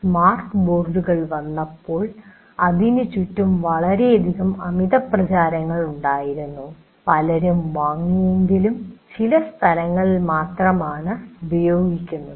smart ബോർഡുകൾ വന്നപ്പോൾ അതിന് ചുറ്റും വളരെയധികം അമിത പ്രചാരങ്ങൾ ഉണ്ടായിരുന്നു പലരും വാങ്ങിയെങ്കിലും ചില സ്ഥലങ്ങളിൽ മാത്രമാണ് ഉപയോഗിക്കുന്നത്